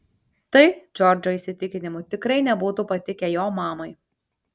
tai džordžo įsitikinimu tikrai nebūtų patikę jo mamai